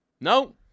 No